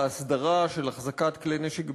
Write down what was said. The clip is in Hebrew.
ההסדרה של החזקת כלי נשק בישראל,